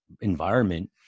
environment